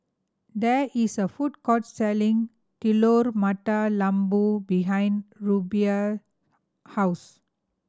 there is a food court selling Telur Mata Lembu behind Rubye house